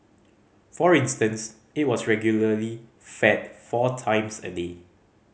for instance it was regularly fed four times a day